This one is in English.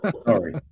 Sorry